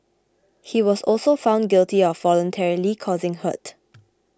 he was also found guilty of voluntarily causing hurt